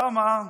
למה?